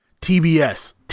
TBS